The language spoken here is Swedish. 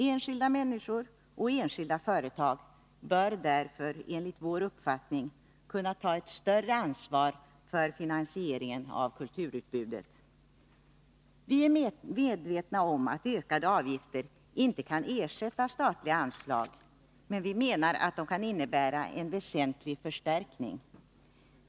Enskilda människor och enskilda företag bör därför enligt vår uppfattning kunna ta ett större ansvar för finansieringen av kulturutbudet. Vi är medvetna om att ökade avgifter inte kan ersätta statliga anslag, men vi menar att de kan innebära en väsentlig förstärkning.